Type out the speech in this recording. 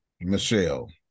michelle